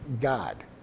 God